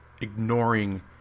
ignoring